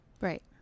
right